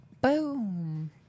boom